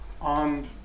On